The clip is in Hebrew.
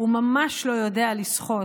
הוא ממש לא יודע לשחות,